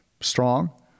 strong